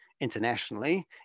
internationally